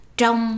trong